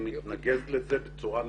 אני מתנגד לזה בצורה נחרצת.